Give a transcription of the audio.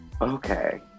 Okay